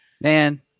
Man